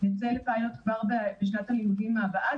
שנצא לפיילוט כבר בשנת הלימודים הבאה.